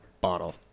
bottle